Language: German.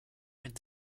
mit